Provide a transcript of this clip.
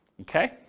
okay